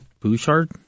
Bouchard